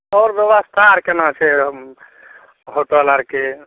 आओर व्यवस्था आर केना छै हम होटल आरके